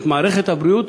את מערכת הבריאות,